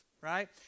right